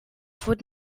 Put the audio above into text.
fod